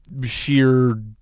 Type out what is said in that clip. sheer